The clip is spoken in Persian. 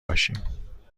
باشیم